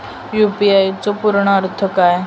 UPI चो पूर्ण अर्थ काय?